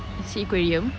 sea aquarium